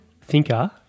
thinker